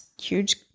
huge